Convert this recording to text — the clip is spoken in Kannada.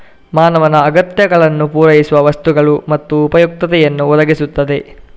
ಮಾನವನ ಅಗತ್ಯಗಳನ್ನು ಪೂರೈಸುವ ವಸ್ತುಗಳು ಮತ್ತು ಉಪಯುಕ್ತತೆಯನ್ನು ಒದಗಿಸುತ್ತವೆ